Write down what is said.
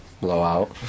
Blowout